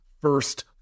first